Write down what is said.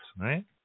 Right